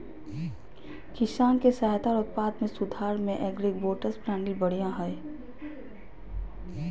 किसान के सहायता आर उत्पादन में सुधार ले एग्रीबोट्स प्रणाली बढ़िया हय